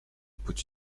put